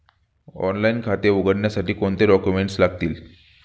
Online खाते उघडण्यासाठी कोणते डॉक्युमेंट्स लागतील?